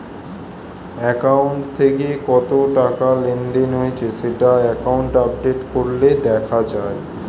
account থেকে কত টাকা লেনদেন হয়েছে সেটা অ্যাকাউন্ট আপডেট করলে দেখা যায়